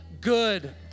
good